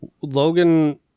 Logan